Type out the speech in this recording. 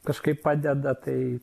kažkaip padeda tai